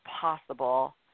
possible